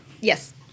Yes